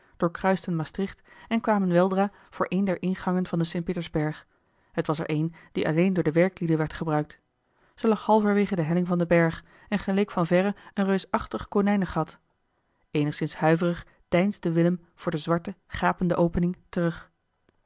doorkruisten maastricht en kwamen weldra voor een der ingangen van den st pietersberg t was er een die alleen door de werklieden werd gebruikt ze lag halverwege de helling van den berg en geleek van verre een reusachtig konijnengat eenigszins huiverig deinsde willem voor de zwarte gapende opening terug